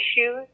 issues